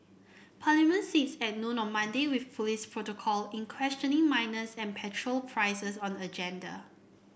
Parliament sits at noon on Monday with police protocol in questioning minors and petrol prices on the agenda